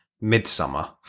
Midsummer